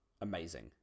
amazing